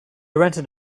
rented